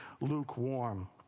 lukewarm